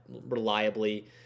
reliably